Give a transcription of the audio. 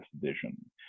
vision